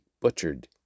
butchered